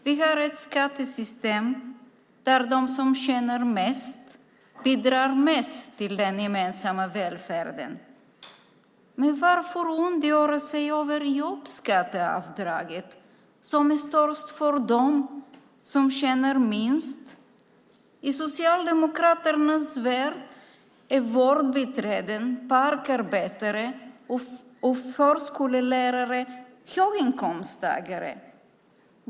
Vi har ett skattesystem där de som tjänar mest bidrar mest till den gemensamma välfärden. Varför ondgöra sig över jobbskatteavdraget som är störst för dem som tjänar minst? I Socialdemokraternas värld är vårdbiträden, parkarbetare och förskollärare höginkomsttagare.